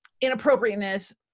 inappropriateness